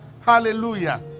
Hallelujah